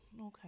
Okay